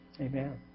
Amen